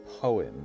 poem